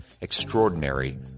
Extraordinary